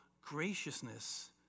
graciousness